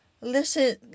listen